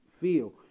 feel